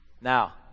Now